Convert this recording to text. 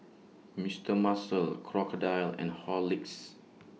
Mister Muscle Crocodile and Horlicks